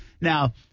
Now